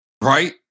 right